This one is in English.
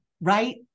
Right